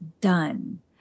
Done